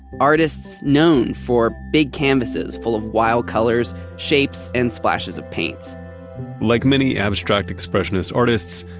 artists known for big canvases full of wild colors, shapes, and splashes of paints like many abstract expressionist artists,